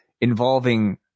involving